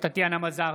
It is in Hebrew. טטיאנה מזרסקי,